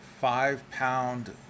five-pound